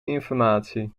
informatie